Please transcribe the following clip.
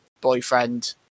boyfriend